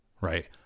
right